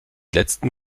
letzten